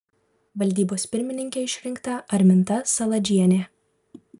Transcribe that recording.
valdybos pirmininke išrinkta arminta saladžienė